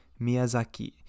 Miyazaki